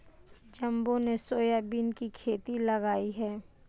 जम्बो ने सोयाबीन की खेती लगाई है